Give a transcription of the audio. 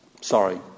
Sorry